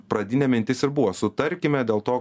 pradinė mintis ir buvo sutarkime dėl to